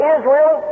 Israel